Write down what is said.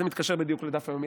זה מתקשר בדיוק לדף היומי,